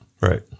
Right